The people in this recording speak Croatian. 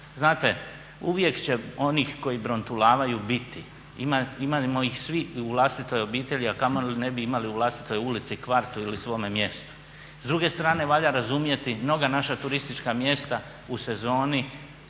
znate uvijek će onih koji brontulavaju biti, imamo ih svi u vlastitoj obitelji, a kamoli ne bi imali u vlastitoj ulici, kvartu ili svome mjestu. S druge strane, valja razumjeti mnoga naša turistička mjesta u sezoni